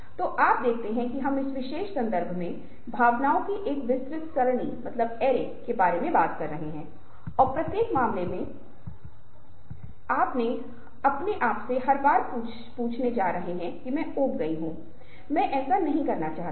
और आप महसूस करेंगे कि हम इन भूमिकाओं को बहुत आसानी से बदल देते हैं और यदि आप ऐसा नहीं कर रहे हैं तो शायद हमें भी ऐसा करने की आवश्यकता है